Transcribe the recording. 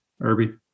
Irby